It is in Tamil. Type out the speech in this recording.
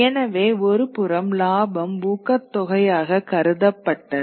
எனவே ஒருபுறம் லாபம் ஊக்கத்தொகையாக கருதப்பட்டது